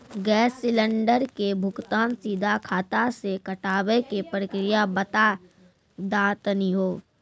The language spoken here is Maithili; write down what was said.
गैस सिलेंडर के भुगतान सीधा खाता से कटावे के प्रक्रिया बता दा तनी हो?